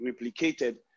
replicated